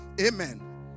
amen